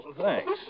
Thanks